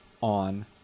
on